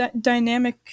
dynamic